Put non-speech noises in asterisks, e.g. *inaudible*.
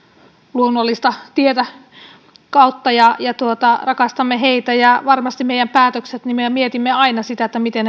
luonnollista kautta ja ja rakastamme heitä ja varmasti me mietimme aina sitä miten *unintelligible*